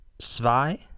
zwei